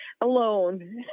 alone